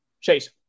Chase